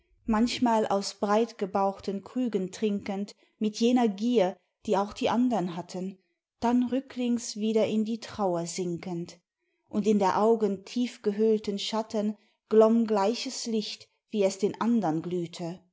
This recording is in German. manchmal aus breitgebauchten krügen trinkend mit jener gier die auch die andern hatten dann rücklings wieder in die trauer sinkend und in der augen tiefgehöhlten schatten glomm gleiches licht wie es den andern glühte